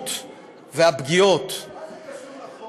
הפגיעוּת והפגיעוֹת, מה זה קשור לחוק?